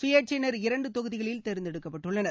சுயேட்சையினர் இரண்டு தொகுதிகளில் தேர்ந்தெடுக்கப்பட்டுள்ளனர்